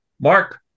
mark